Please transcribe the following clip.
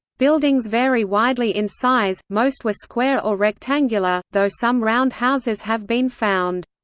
buildings vary widely in size, most were square or rectangular, though some round houses have been found.